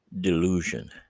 Delusion